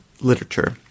literature